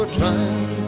trying